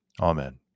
Amen